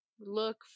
look